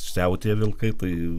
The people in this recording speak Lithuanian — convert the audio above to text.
siautėja vilkai tai